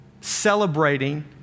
celebrating